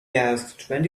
asked